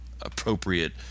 appropriate